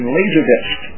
LaserDisc